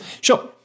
Sure